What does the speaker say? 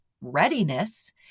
readiness